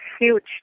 huge